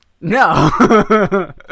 No